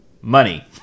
money